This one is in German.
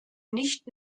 nicht